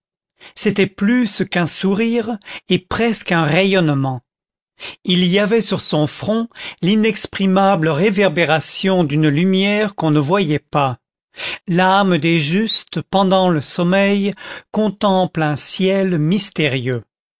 c'était plus qu'un sourire et presque un rayonnement il y avait sur son front l'inexprimable réverbération d'une lumière qu'on ne voyait pas l'âme des justes pendant le sommeil contemple un ciel mystérieux